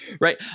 right